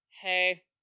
Hey